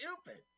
stupid